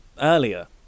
earlier